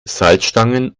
salzstangen